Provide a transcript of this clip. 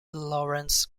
lawrence